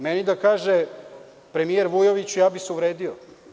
Meni da kaže premijer Vujović, ja bih se uvredio.